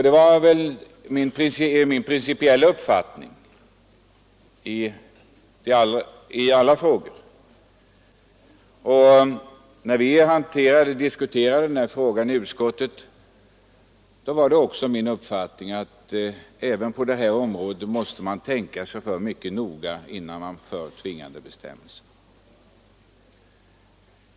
Detta är min principiella uppfattning i alla frågor, och när vi diskuterade den här frågan i utskottet var det min uppfattning att man även på det här området måste tänka sig för mycket noga innan man inför tvingande bestämmelser.